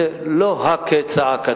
זה לא כצעקתה.